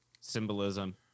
symbolism